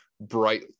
bright